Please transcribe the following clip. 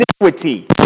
iniquity